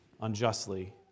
unjustly